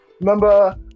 Remember